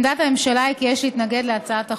עמדת הממשלה היא כי יש להתנגד להצעת החוק.